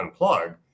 unplug